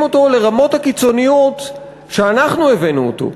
אותו לרמות הקיצוניות שאנחנו הבאנו אותו,